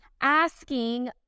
asking